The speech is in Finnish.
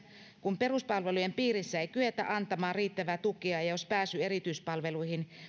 kun peruspalvelujen piirissä ei kyetä antamaan riittävää tukea ja jos pääsy erityispalveluihin